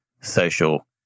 social